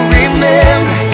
remember